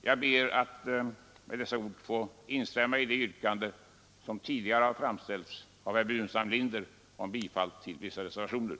Jag ber med dessa ord att få instämma i det yrkande om bifall till vissa reservationer som tidigare har framställts av herr Burenstam Linder.